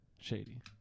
Shady